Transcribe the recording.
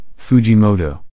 Fujimoto